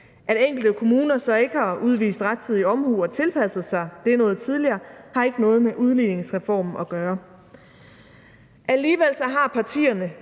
At enkelte kommuner så ikke har udvist rettidig omhu og tilpasset sig det noget tidligere, har ikke noget med udligningsreformen at gøre. Alligevel har partierne